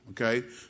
okay